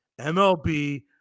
MLB